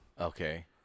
Okay